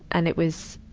and it was,